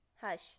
hush